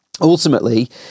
Ultimately